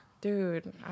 Dude